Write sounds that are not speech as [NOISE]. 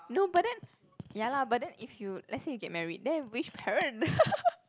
no but then ya lah but then if you let's say you get married then which parent [LAUGHS]